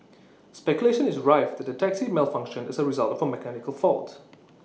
speculation is rife that the taxi malfunctioned as A result of A mechanical fault